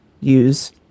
use